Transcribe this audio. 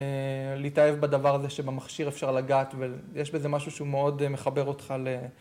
להתאהב בדבר הזה שבמכשיר אפשר לגעת ויש בזה משהו שהוא מאוד מחבר אותך